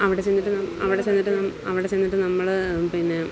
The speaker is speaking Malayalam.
അവിടെ ചെന്നിട്ട് നമ്മൾ അവിടെ ചെന്നിട്ട് നമ്മൾ അവിടെ ചെന്നിട്ട് നമ്മൾ പിന്നെ